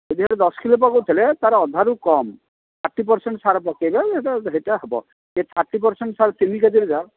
ଯଦି ସେ ଦଶ କିଲୋ ପକାଉଥିଲେ ତା'ର ଅଧାରୁ କମ୍ ଥାର୍ଟି ପର୍ସେଣ୍ଟ୍ ସାର ପକାଇବେ ଯେ ସେଇଟା ହେବ ସେଇ ଥାର୍ଟି ପର୍ସେଣ୍ଟ୍ ସାର ତିନି କେଜିରେ ଯାହା